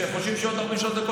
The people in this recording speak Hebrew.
שחושבים שיש עוד 45 דקות,